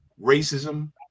Racism